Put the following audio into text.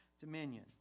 dominion